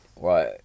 right